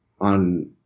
on